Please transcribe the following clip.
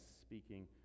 speaking